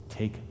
Take